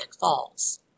falls